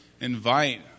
invite